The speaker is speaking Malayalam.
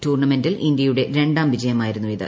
ടൂർണമെന്റിൽ ഇന്ത്യയുടെ രണ്ടാം വിജയമായിരുന്നു ഇത്